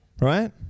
Right